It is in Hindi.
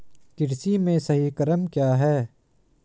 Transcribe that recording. कृषि में सही क्रम क्या है?